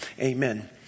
amen